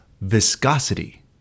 viscosity